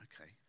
okay